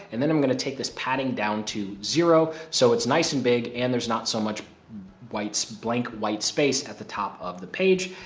and then i'm gonna take this padding down to zero, so it's nice and big and there's not so much white blank white space at the top of the page.